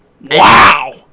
Wow